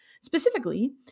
Specifically